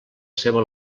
seva